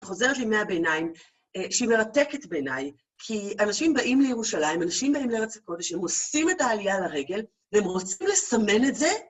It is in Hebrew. חוזרת לימי הביניים, שהיא מרתקת בעיניי, כי אנשים באים לירושלים, אנשים באים לארץ הקודש, ושהם עושים את העלייה לרגל, והם רוצים לסמן את זה?